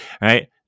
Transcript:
Right